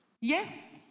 Yes